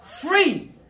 free